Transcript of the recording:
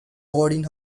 boarding